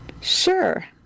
Sure